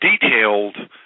detailed